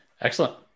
Excellent